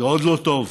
זה עוד לא טוב,